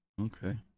okay